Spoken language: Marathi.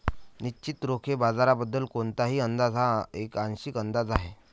निश्चितच रोखे बाजाराबद्दल कोणताही अंदाज हा एक आंशिक अंदाज आहे